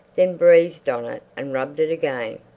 then breathed on it and rubbed it again.